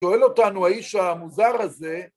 ‫שואל אותנו האיש המוזר הזה